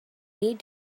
need